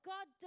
God